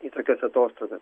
į tokias atostogas